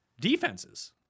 Defenses